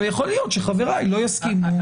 יכול להיות שחבריי לא יסכימו.